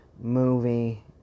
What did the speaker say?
movie